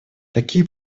такие